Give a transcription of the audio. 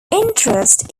interest